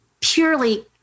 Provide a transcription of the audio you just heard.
purely